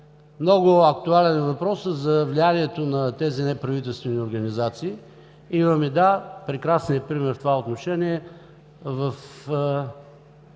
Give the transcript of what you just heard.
Много актуален е въпросът за влиянието на тези неправителствени организации. Имаме прекрасния пример в това отношение в